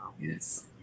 Yes